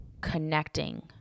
connecting